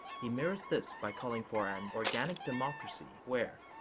he mirrors this by calling for an organic democracy where,